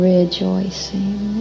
Rejoicing